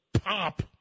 pop